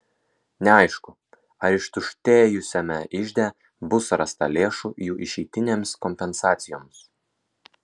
neaišku ar ištuštėjusiame ižde bus rasta lėšų jų išeitinėms kompensacijoms